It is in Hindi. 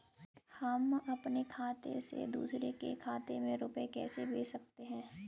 हम अपने खाते से दूसरे के खाते में रुपये कैसे भेज सकते हैं?